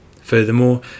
Furthermore